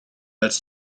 als